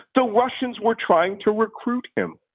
the russians were trying to recruit him,